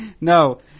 No